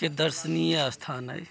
के दर्शनीय स्थान अइ